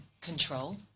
control